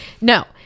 No